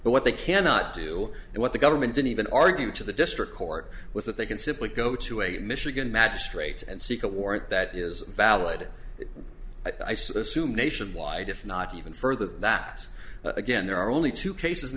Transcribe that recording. but what they cannot do and what the government didn't even argue to the district court was that they can simply go to a michigan magistrate and seek a warrant that is valid i suppose soon nationwide if not even further that again there are only two cases in